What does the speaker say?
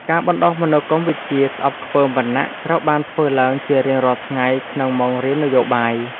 ការបណ្ដុះមនោគមវិជ្ជាស្អប់ខ្ពើមវណ្ណៈត្រូវបានធ្វើឡើងជារៀងរាល់ថ្ងៃក្នុងម៉ោងរៀននយោបាយ។